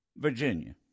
Virginia